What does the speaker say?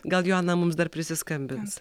gal joana mums dar prisiskambins